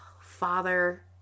father